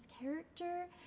character